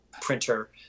printer